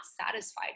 satisfied